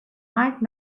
mike